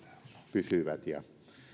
pysyvät ja